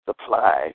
supply